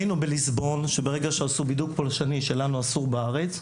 בליסבון ראינו שברגע שעשו בידוק פולשני שלנו אסור בארץ,